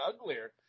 uglier